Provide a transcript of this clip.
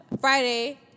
Friday